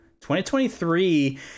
2023